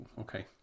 okay